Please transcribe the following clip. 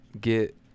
get